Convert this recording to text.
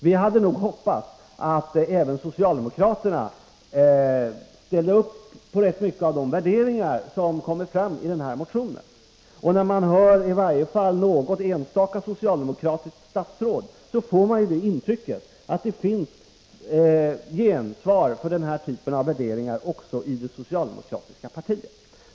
Vi hade nog hoppats att även socialdemokraterna skulle ställa sig bakom rätt många av de värderingar som kommer fram i den här motionen. I varje fall när man hör något enstaka socialdemokratiskt statsråd får man intrycket att det finns gensvar för den här typen av värderingar också i det socialdemokratiska partiet.